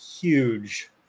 huge